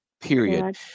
period